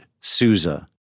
Souza